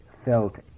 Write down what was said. felt